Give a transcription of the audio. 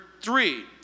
three